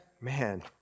Man